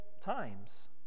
times